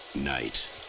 Night